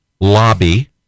lobby